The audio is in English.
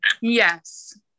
Yes